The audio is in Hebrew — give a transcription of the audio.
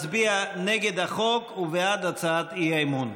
מצביע נגד החוק ובעד הצעת האי-אמון.